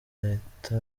leta